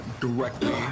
directly